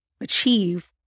achieve